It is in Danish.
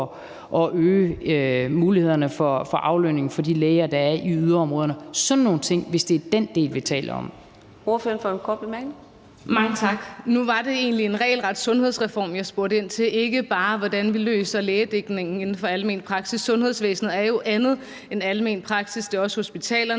at øge mulighederne for aflønning af de læger, der er i yderområderne – sådan nogle ting, hvis det er den del, vi taler om. Kl. 14:46 Fjerde næstformand (Karina Adsbøl): Ordføreren for en kort bemærkning. Kl. 14:46 Monika Rubin (M): Mange tak. Nu var det egentlig en regelret sundhedsreform, jeg spurgte ind til, ikke bare hvordan vi løser lægedækningen inden for almen praksis. Sundhedsvæsenet er jo andet end almen praksis. Det er også hospitalerne;